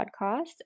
podcast